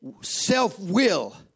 self-will